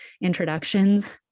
introductions